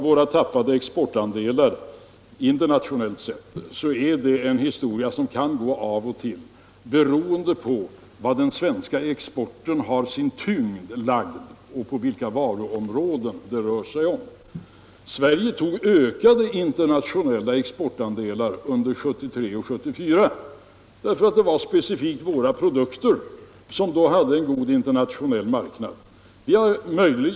Våra exportandelar, internationellt sett, är något som kan gå av och till beroende på var den svenska exporten har sin tyngd förlagd och vilka varuområden det rör sig om. Sverige ökade sina internationella exportandelar under 1973 och 1974 därför att det var speciellt våra produkter som då hade en god internationell marknad.